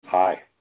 Hi